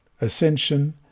ascension